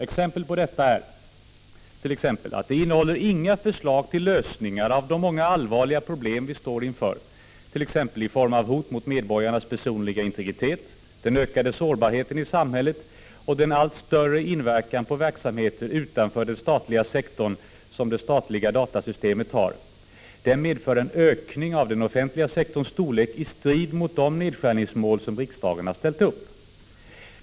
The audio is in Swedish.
Exempel på detta är: — Den innehåller inga förslag till lösningar av de många allvarliga problem vi står inför, t.ex. i form av hot mot medborgarnas personliga integritet, den ökade sårbarheten i samhället och den allt större inverkan på verksamheter utanför den statliga sektorn som de statliga datasystemen har. —- Den medför en ökning av den offentliga sektorns storlek i strid mot de nedskärningsmål som riksdagen har ställt upp.